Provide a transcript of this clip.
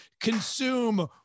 consume